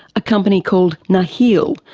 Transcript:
a company called nakheel,